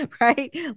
Right